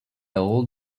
old